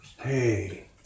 Hey